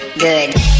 Good